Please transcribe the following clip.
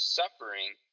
suffering